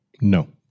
no